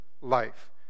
life